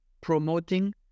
promoting